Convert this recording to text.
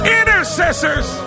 intercessors